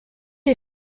les